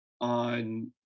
on